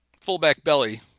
fullback-belly